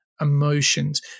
emotions